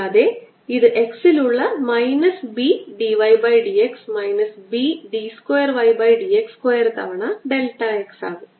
കൂടാതെ ഇത് x ൽ ഉള്ള minus B d y by dx minus B d square y by d x square തവണ delta x ആകും